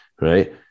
right